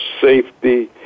safety